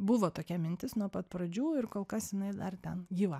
buvo tokia mintis nuo pat pradžių ir kol kas jinai dar ten gyva